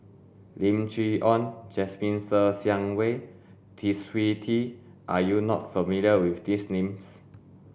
Lim Chee Onn Jasmine Ser Xiang Wei Twisstii are you not familiar with these names